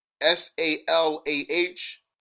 S-A-L-A-H